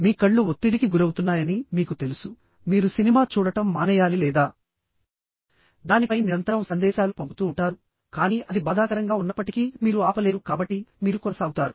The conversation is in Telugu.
మీ కళ్ళు ఒత్తిడికి గురవుతున్నాయని మీకు తెలుసు మీరు సినిమా చూడటం మానేయాలి లేదా దానిపై నిరంతరం సందేశాలు పంపుతూ ఉంటారు కానీ అది బాధాకరంగా ఉన్నప్పటికీ మీరు ఆపలేరు కాబట్టి మీరు కొనసాగుతారు